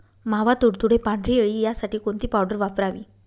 मावा, तुडतुडे, पांढरी अळी यासाठी कोणती पावडर वापरावी?